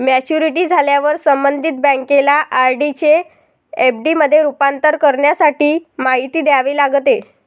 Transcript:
maturity झाल्यावर संबंधित बँकेला आर.डी चे एफ.डी मध्ये रूपांतर करण्यासाठी माहिती द्यावी लागते